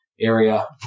area